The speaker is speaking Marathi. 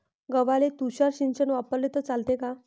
गव्हाले तुषार सिंचन वापरले तर चालते का?